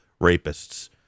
rapists